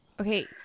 Okay